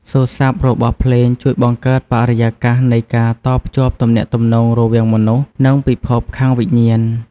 សូរ្យស័ព្ទរបស់ភ្លេងជួយបង្កើតបរិយាកាសនៃការតភ្ជាប់ទំនាក់ទំនងរវាងមនុស្ស និងពិភពខាងវិញ្ញាណ។